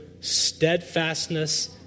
steadfastness